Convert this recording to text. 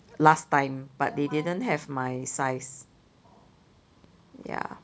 last time but they didn't have my size ya